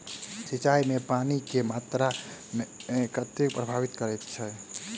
सिंचाई मे पानि केँ मात्रा केँ कथी प्रभावित करैत छै?